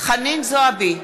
חנין זועבי,